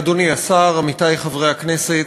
אדוני השר, עמיתי חברי הכנסת,